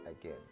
again